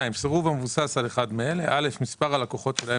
סירוב המבוסס על אחד מאלה: מספר הלקוחות שלהם